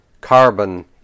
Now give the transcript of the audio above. carbon